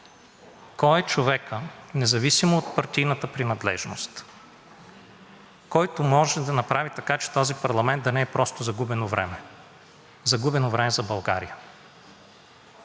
кой е човекът, независимо от партийната принадлежност, който може да направи така, че този парламент да не е просто загубено време, загубено време за България.